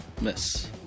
miss